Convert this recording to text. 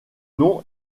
nom